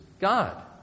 God